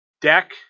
Deck